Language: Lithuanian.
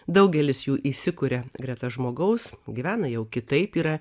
daugelis jų įsikuria greta žmogaus gyvena jau kitaip yra